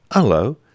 Hello